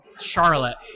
Charlotte